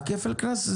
כפל הקנס,